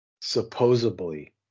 supposedly